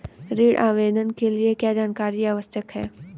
ऋण आवेदन के लिए क्या जानकारी आवश्यक है?